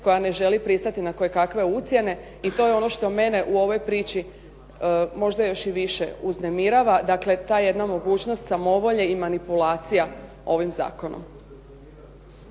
koja ne želi pristati na kojekakve ucjene i to je ono što mene u ovoj priči možda još i više uznemirava, dakle, ta jedna mogućnost samovolje i manipulacija ovim zakonom.